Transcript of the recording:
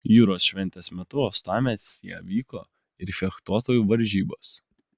jūros šventės metu uostamiestyje vyko ir fechtuotojų varžybos